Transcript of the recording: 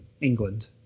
England